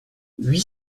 huit